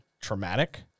traumatic